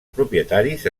propietaris